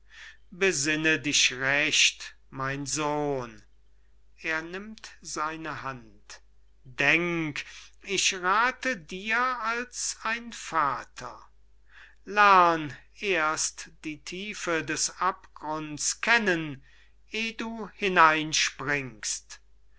besinne dich recht mein sohn er nimmt seine hand denk ich rathe dir als ein vater lern erst die tiefe des abgrunds kennen